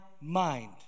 mind